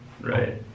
Right